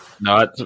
No